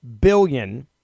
billion